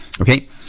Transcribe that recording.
okay